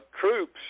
troops